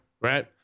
right